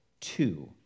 two